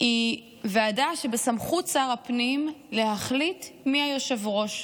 היא ועדה שבסמכות שר הפנים להחליט מי היושב-ראש.